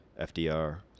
FDR